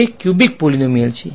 તે cubic polynomial છે